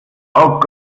gott